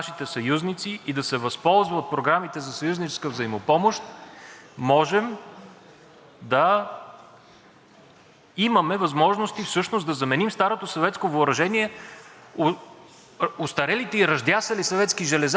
имаме възможности всъщност да заменим старото съветско въоръжение, остарелите и ръждясали съветски железа, да ги заменим със съвместими с натовските стандарти въоръжения и отбранителни способности.